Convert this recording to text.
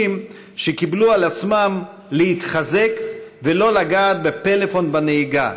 שקיבלו על עצמם להתחזק ולא לגעת בפלאפון בנהיגה,